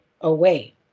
away